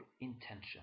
intention